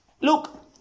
Look